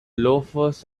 loafers